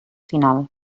final